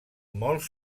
molt